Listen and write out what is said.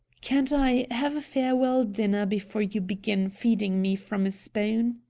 can't i have a farewell dinner before you begin feeding me from a spoon?